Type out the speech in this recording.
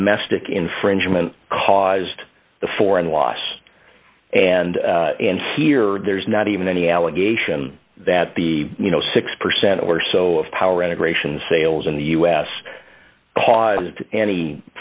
domestic infringement caused the foreign loss and and here there's not even any allegation that the you know six percent or so of power integration sales in the us caused any